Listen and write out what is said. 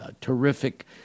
terrific